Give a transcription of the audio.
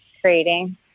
creating